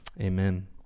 amen